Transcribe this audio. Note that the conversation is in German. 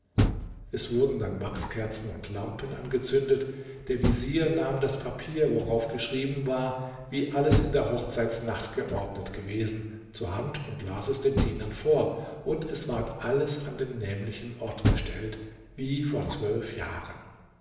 es wurden dann wachskerzen und lampen angezündet der vezier nahm das papier worauf geschrieben war wie alles in der hochzeitsnacht geordnet gewesen zur hand und las es den dienern vor und es ward alles an den nämlichen ort gestellt wie vor zwölf jahren